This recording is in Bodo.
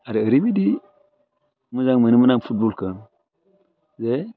आरो ओरैबायदि मोजां मोनोमोन आं फुटबलखौ जे